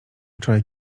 wczoraj